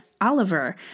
Oliver